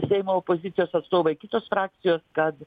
seimo opozicijos atstovai kitos frakcijos kad